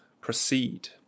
Proceed